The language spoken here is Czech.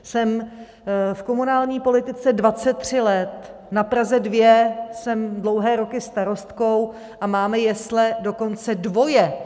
Jsem v komunální politice 23 let, na Praze 2 jsem dlouhé roky starostkou a máme jesle dokonce dvoje.